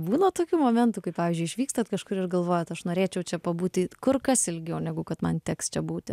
būna tokių momentų kai pavyzdžiui išvykstat kažkur ir galvojat aš norėčiau čia pabūti kur kas ilgiau negu kad man teks čia būti